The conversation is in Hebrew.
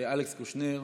אלכס קושניר,